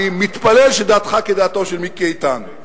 אני מתפלל שדעתך כדעתו של מיקי איתן.